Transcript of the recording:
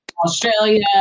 Australia